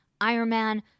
Ironman